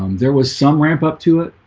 um there was some ramp up to it,